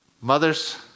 Mothers